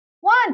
one